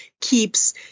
keeps